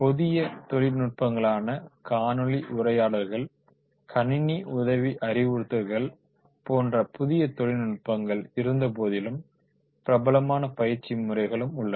புதிய தொழில் நுட்பங்களான காணொளி உரையாடல்கள் கணினி உதவி அறிவுறுத்தல்கள் போன்ற புதிய தொழில்நுட்பங்கள் இருந்த போதிலும் பிரபலமான பயிற்சி முறைகளும் உள்ளன